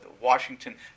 Washington